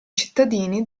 cittadini